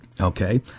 Okay